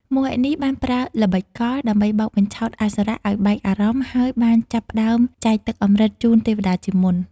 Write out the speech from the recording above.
មោហិនីបានប្រើល្បិចកលដើម្បីបោកបញ្ឆោតអសុរៈឱ្យបែកអារម្មណ៍ ហើយបានចាប់ផ្ដើមចែកទឹកអម្រឹតជូនទេវតាជាមុន។